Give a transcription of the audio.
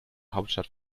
hauptstadt